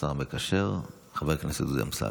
והשר המקשר חבר הכנסת דודי אמסלם.